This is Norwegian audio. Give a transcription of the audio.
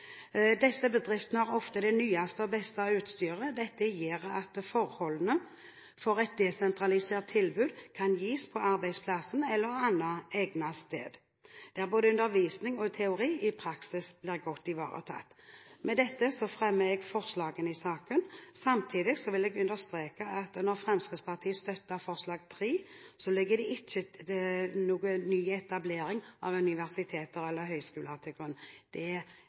Disse bedriftene har ofte det nyeste og beste utstyret. Dette gjør at et desentralisert tilbud kan gis på arbeidsplassen eller et annet egnet sted der både undervisning i teori og praksis blir godt ivaretatt. Med dette fremmer jeg forslagene i saken. Samtidig vil jeg understreke at når Fremskrittspartiet støtter forslag nr. 3, ligger det ikke etablering av nye universiteter eller høyskoler til grunn. Det